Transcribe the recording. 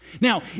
Now